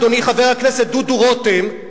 אדוני חבר הכנסת דודו רותם,